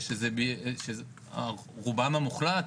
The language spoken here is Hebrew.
שזה רובם המוחלט,